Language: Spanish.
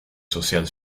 social